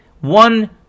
One